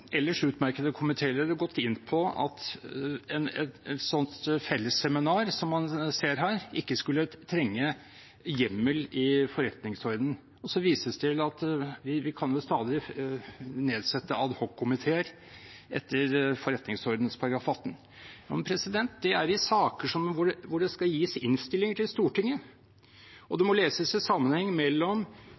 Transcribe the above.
gått inn på at et sånt fellesseminar som man ser her, ikke skulle trenge hjemmel i forretningsordenen, og det vises til at vi stadig kan nedsette ad hoc-komiteer etter forretningsordenen § 18. Men det er i saker hvor det skal gis innstillinger til Stortinget, og det må leses i sammenheng